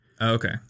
Okay